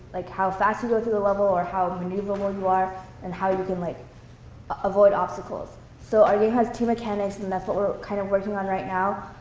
like how fast you go through the level or how maneuverable you are and how you can like avoid obstacles. so our game has two mechanics, and that's what we're kind of working on right now.